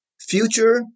Future